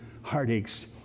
heartaches